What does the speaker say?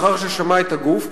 לאחר ששמע את הגוף,